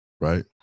right